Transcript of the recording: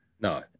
No